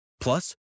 Plus